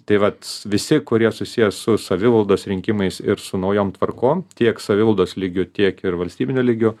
tai vat visi kurie susiję su savivaldos rinkimais ir su naujom tvarkom tiek savivaldos lygiu tiek ir valstybiniu lygiu